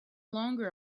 longer